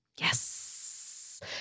Yes